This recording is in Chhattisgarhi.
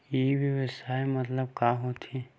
ई व्यवसाय मतलब का होथे?